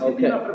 Okay